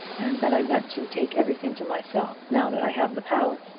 and that i meant to take everything to myself, now that i have the power.